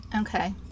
Okay